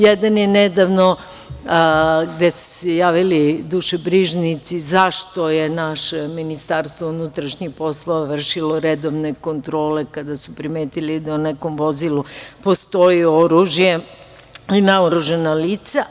Jedan je nedavno gde su se javili dušebrižnici sa pitanjem zašto je naše Ministarstvo unutrašnjih poslova vršilo redovne kontrole kada su primetili da u nekom vozilu postoji oružje i naoružana lica?